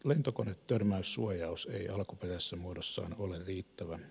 lentokonetörmäyssuojaus ei alkuperäisessä muodossaan ole riittävä